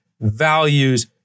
values